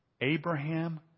Abraham